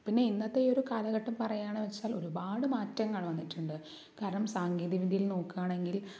പിന്നെ ഇന്നത്തെ ഈ ഒരു കാലഘട്ടം പറയുകയാണെന്ന് വെച്ചാൽ ഒരുപാട് മാറ്റങ്ങൾ വന്നിട്ടുണ്ട് കാരണം സാങ്കേതികവിദ്യയിൽ നോക്കുകയാണെങ്കിൽ